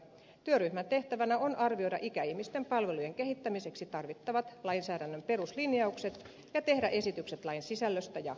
työryhmän tehtävänä on arvioida ikäihmisten palvelujen kehittämiseksi tarvittavat lainsäädännön peruslinjaukset ja tehdä esitykset lain sisällöstä ja muodosta